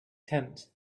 tent